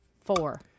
Four